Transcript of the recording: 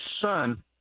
son